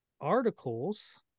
articles